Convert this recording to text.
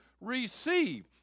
receive